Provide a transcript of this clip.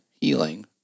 healing